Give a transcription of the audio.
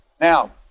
Now